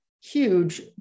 huge